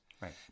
Right